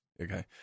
okay